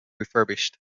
refurbished